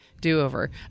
do-over